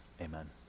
Amen